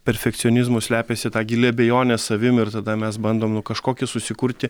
perfekcionizmu slepiasi ta gili abejonė savim ir tada mes bandom nu kažkokį susikurti